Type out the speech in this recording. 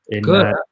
Good